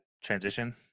transition